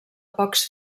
pocs